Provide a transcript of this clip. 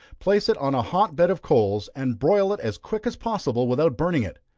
place it on a hot bed of coals, and broil it as quick as possible without burning it.